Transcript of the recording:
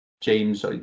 James